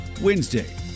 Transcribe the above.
Wednesday